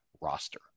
roster